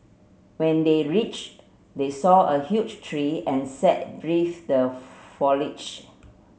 when they reached they saw a huge tree and sat beneath the foliage